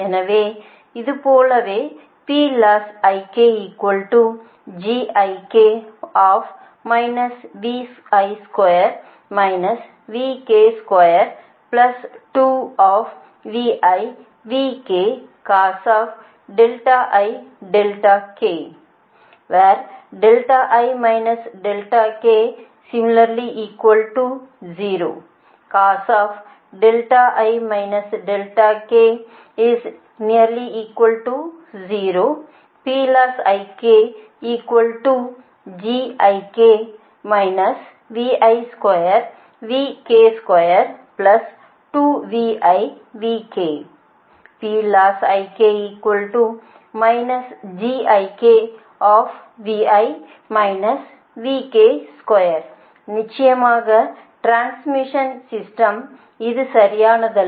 அது போலவே நிச்சயமாக டிரான்ஸ்மிஷன் சிஸ்டத்திற்கு இது சரியானதல்ல